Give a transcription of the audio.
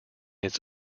its